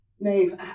Maeve